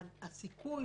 יש סיכוי